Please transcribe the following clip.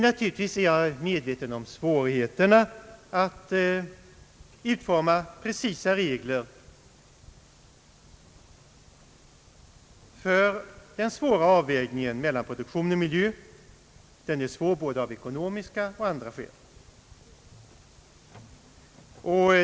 Naturligtvis är jag medveten om svårigheterna att utforma precisa regler för avvägningen mellan produktion och miljö. Den avvägningen är svår av både ekonomiska och andra skäl.